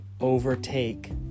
overtake